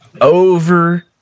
Over